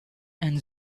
and